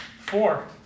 Four